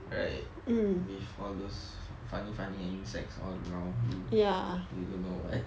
right with all those funny funny insects all now you you don't know [what]